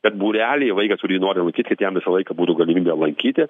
kad būrelį vaikas kurį nori lankyt kad jam visą laiką būtų galimybė lankyti